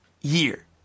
year